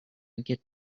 get